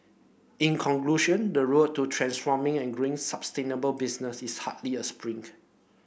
in conclusion the road to transforming and growing sustainable business is hardly a sprint